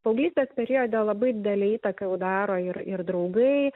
paauglystės periode labai didelę įtaką jau daro ir ir draugai